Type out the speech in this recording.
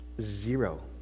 Zero